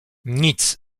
nic